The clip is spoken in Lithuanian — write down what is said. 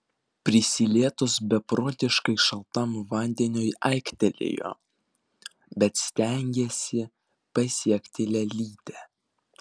prisilietus beprotiškai šaltam vandeniui aiktelėjo bet stengėsi pasiekti lėlytę